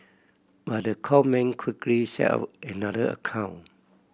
but the con man quickly set up another account